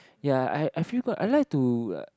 ya I I feel got I like to like